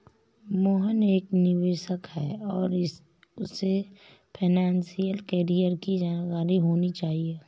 मोहन एक निवेशक है और उसे फाइनेशियल कैरियर की जानकारी होनी चाहिए